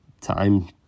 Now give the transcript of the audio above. time